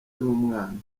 y’umwana